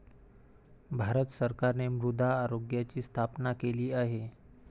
भारत सरकारने मृदा आरोग्याची स्थापना केली आहे